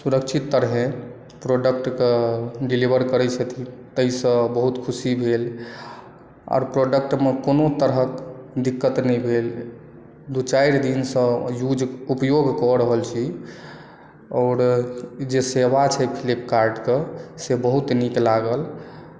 सुरक्षित तरहे प्रोडॅक्ट के डेलीवरी करै छथिन ताहिसँ बहुत खुशी भेल और प्रोडॅक्ट मे कोनो तरहक दिक्कत नहि भेल दू चारि दिनसँ युज उपयोग कऽ रहल छी और जे सेवा छै फ्लिपकार्ट के से बहुत नीक लागल